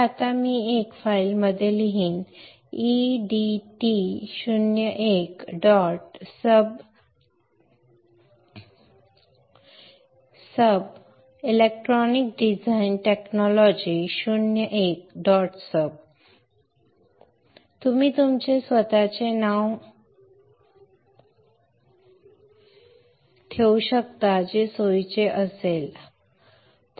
तर आत्ता मी एका फाईलमध्ये लिहीन e d t 01 dot sub is electronic design technology 01 dot sub तुम्ही तुमचे स्वतःचे नाव ठेवू शकता जे सोयीचे असेल आणि जाते